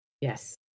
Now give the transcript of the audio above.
Yes